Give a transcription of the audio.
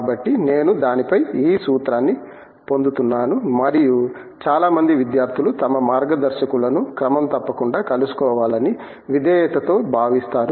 కాబట్టి నేను దానిపై ఈ సూత్రాన్ని పొందుతున్నాను మరియు చాలా మంది విద్యార్థులు తమ మార్గదర్శకులను క్రమం తప్పకుండా కలుసుకోవాలని విధేయతతో భావిస్తారు